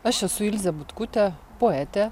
aš esu ilzė butkutė poetė